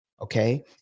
okay